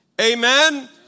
Amen